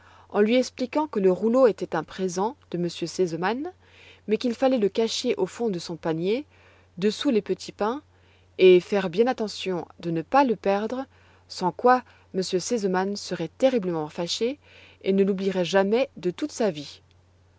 en lui expliquant que le rouleau était un présent de m r sesemann mais qu'il fallait le cacher au fond de son panier dessous les petits pains et faire bien attention de ne pas le perdre sans quoi m r sesemann serait terriblement fâché et ne l'oublierait jamais de toute sa vie